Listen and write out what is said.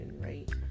Right